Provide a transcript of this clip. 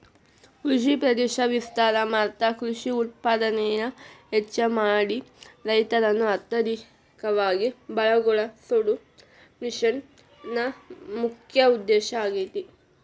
ಕೃಷಿ ಪ್ರದೇಶ ವಿಸ್ತಾರ ಮಾಡ್ತಾ ಕೃಷಿ ಉತ್ಪಾದನೆನ ಹೆಚ್ಚ ಮಾಡಿ ರೈತರನ್ನ ಅರ್ಥಧಿಕವಾಗಿ ಬಲಗೋಳಸೋದು ಮಿಷನ್ ನ ಮುಖ್ಯ ಉದ್ದೇಶ ಆಗೇತಿ